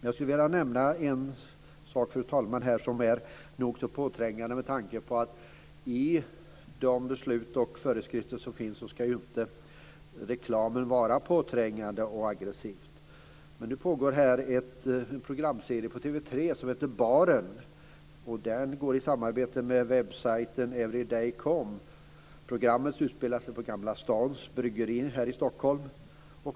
Jag skulle, fru talman, vilja nämna en sak som är nog så påträngande. Enligt de beslut och föreskrifter som finns ska ju inte reklamen vara påträngande och aggressiv. Men det pågår en programserie på TV 3 som heter Baren, i samarbete med webbsajten everyday.com. Handlingen i programmet utspelar sig i Gamla stans Bryggeri här i Stockholm.